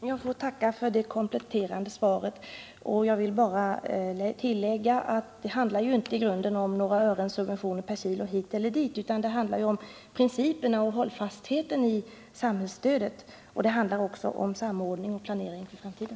Herr talman! Jag tackar för det kompletterande svaret och vill bara tillägga, att det ju i grunden inte handlar om några ören hit eller dit i subvention per kilogram, utan om principen och hållfastheten i samhällsstödet och om samordning och planering för framtiden.